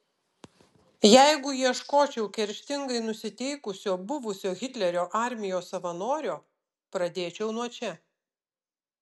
jeigu ieškočiau kerštingai nusiteikusio buvusio hitlerio armijos savanorio pradėčiau nuo čia